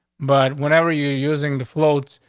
but whenever you using the floats,